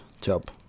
job